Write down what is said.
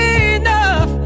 enough